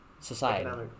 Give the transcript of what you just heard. Society